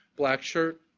black shirt,